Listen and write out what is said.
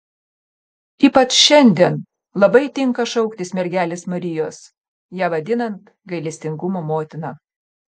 ypač šiandien labai tinka šauktis mergelės marijos ją vadinant gailestingumo motina